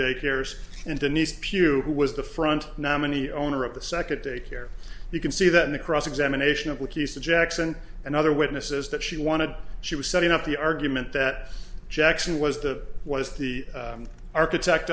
day carers and denise pugh who was the front nominee owner of the second daycare you can see that in the cross examination of wikis to jackson and other witnesses that she wanted she was setting up the argument that jackson was the was the architect